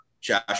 Josh